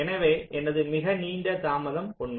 எனவே எனது மிக நீண்ட தாமதம் உண்மை